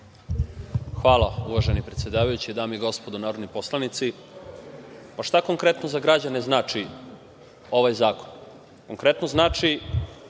Hvala, uvaženi predsedavajući. Dame i gospodo narodni poslanici, šta konkretno za građane znači ovaj zakon? Konkretno znači